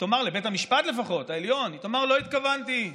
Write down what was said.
שלבית המשפט העליון לפחות היא תאמר: לא התכוונתי,